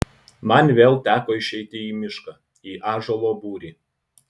man vėl teko išeiti į mišką į ąžuolo būrį